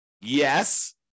Yes